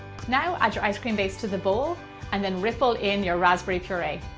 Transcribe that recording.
now add your ice cream base to the bowl and then ripple in your raspberry puree.